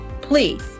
Please